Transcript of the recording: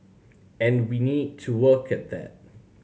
and we need to work at that